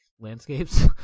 landscapes